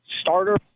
starter